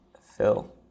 fill